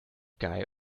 guy